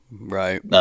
right